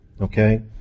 Okay